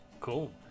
Cool